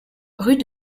rue